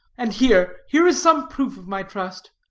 and here, here is some proof of my trust,